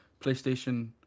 PlayStation